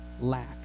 lack